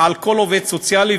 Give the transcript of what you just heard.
על כל עובד סוציאלי,